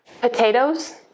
Potatoes